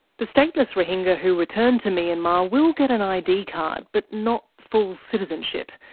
the stateless rohingya who return to myanmar will get an id card. but not full citizenship.